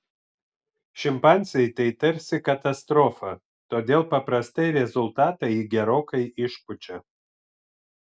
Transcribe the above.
šimpanzei tai tarsi katastrofa todėl paprastai rezultatą ji gerokai išpučia